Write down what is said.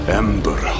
ember